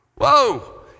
Whoa